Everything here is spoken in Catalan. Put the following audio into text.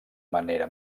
manera